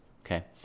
okay